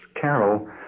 carol